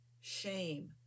shame